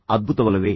ಅದು ಅದ್ಭುತವಲ್ಲವೇ